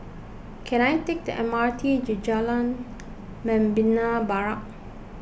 can I take the M R T to Jalan Membina Barat